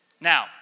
Now